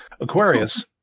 Aquarius